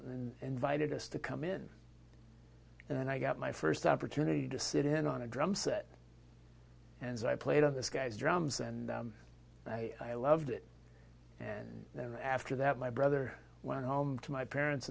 and invited us to come in and i got my first opportunity to sit in on a drum set and so i played on this guy's drums and i loved it and then after that my brother went home to my parents